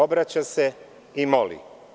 Obraća se i moli.